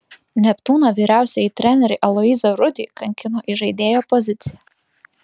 neptūno vyriausiąjį trenerį aloyzą rudį kankino įžaidėjo pozicija